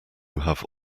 have